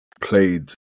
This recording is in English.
played